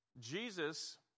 Jesus